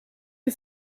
you